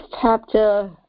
chapter